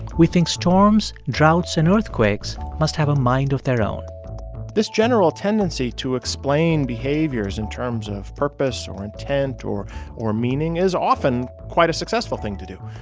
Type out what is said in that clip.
we think storms, droughts and earthquakes must have a mind of their own this general tendency to explain behaviors in terms of purpose or intent or or meaning is often quite a successful thing to do.